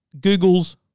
Google's